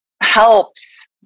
helps